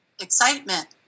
Excitement